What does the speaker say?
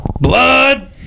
Blood